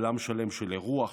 עולם שלם של אירוח,